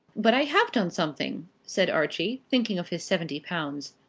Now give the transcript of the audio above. but i have done something, said archie, thinking of his seventy pounds.